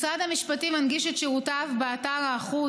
משרד המשפטים מנגיש את שירותיו באתר האחוד